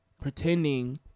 pretending